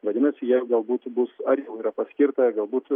vadinasi jie galbūt bus ar jau yra paskirta galbūt